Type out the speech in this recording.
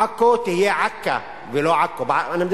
עכו תהיה "עכא" ולא "עכו"